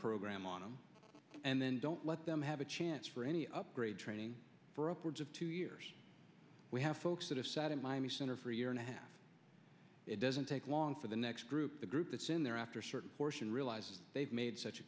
program on them and then don't let them have a chance for any upgrade training for upwards of two years we have folks that have sat in miami center for a year and a half it doesn't take long for the next group the group that's in there after a certain portion realizes they've made such a